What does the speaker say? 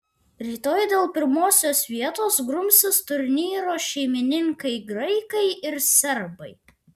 rytoj dėl pirmosios vietos grumsis turnyro šeimininkai graikai ir serbai